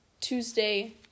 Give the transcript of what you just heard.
Tuesday